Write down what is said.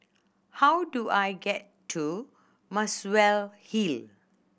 how do I get to Muswell Hill